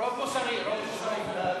רוב מוסרי, רוב מוסרי.